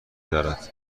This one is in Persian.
دارد